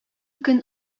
көн